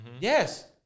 Yes